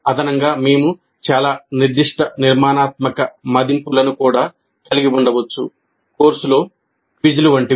అదనంగా మేము చాలా నిర్దిష్ట నిర్మాణాత్మక మదింపులను కూడా కలిగి ఉండవచ్చు కోర్సులో క్విజ్లు వంటివి